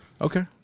Okay